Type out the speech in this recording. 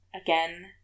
Again